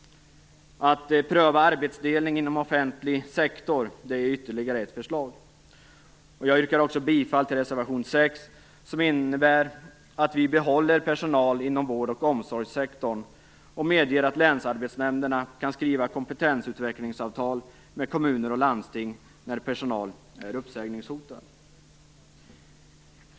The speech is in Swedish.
Att pröva arbetsdelning inom offentlig sektor är ytterligare ett förslag. Jag yrkar också bifall till reservation 6, som innebär att vi behåller personal inom vård och omsorgssektorn och medger att länsarbetsnämnderna kan skriva kompetensutvecklingsavtal med kommuner och landsting när personal är uppsägningshotad.